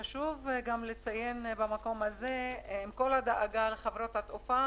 גם חשוב לציין כאן שעם כל הדאגה לחברות התעופה,